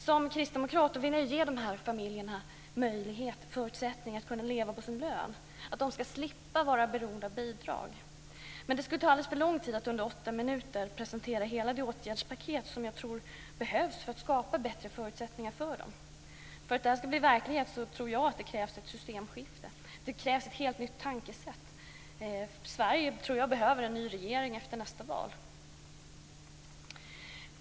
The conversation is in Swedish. Som kristdemokrat vill jag ge familjerna förutsättningar att kunna leva på sin lön. De ska slippa att vara beroende av bidrag. Men det skulle ta alldeles för lång tid att under 8 minuter presentera hela det åtgärdspaket som jag tror behövs för att skapa bättre förutsättningar för dem. För att det här ska bli verklighet tror jag att det krävs ett systemskifte. Det krävs ett helt nytt tänkesätt. Sverige tror jag behöver en ny regering efter nästa val.